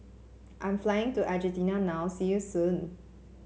I'm flying to Argentina now see you soon